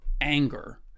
anger